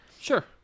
Sure